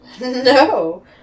no